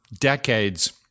decades